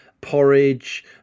Porridge